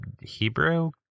Hebrew